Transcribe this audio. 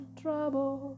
trouble